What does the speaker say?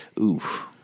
oof